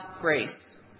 grace